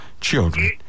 children